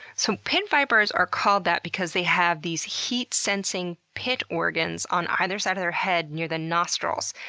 so pit vipers are called that because they have these heat-sensing pit organs on either side of their head near the nostrils.